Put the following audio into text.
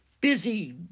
busy